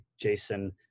Jason